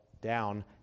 down